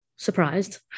Surprised